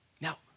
Now